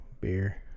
Beer